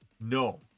No